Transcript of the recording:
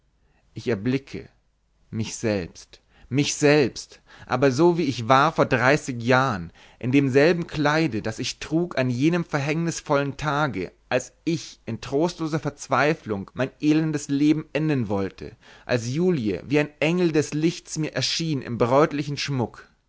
ich erblicke mich selbst mich selbst aber so wie ich war vor dreißig jahren in demselben kleide das ich trug an jenem verhängnisvollen tage als ich in trostloser verzweiflung mein elendes leben enden wollte als julie wie ein engel des lichts mir erschien im bräutlichen schmuck